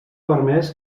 permès